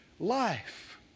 life